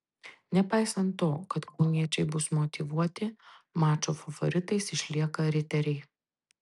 nepaisant to kad kauniečiai bus motyvuoti mačo favoritais išlieka riteriai